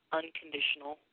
unconditional